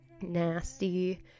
nasty